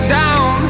down